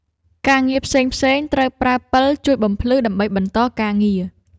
ការងារផ្សេងៗ ត្រូវប្រើពិលជួយបំភ្លឺដើម្បីបន្តការងារ។